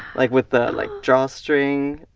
like with the like drawstring.